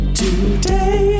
today